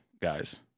guys